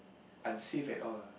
unsafe at all lah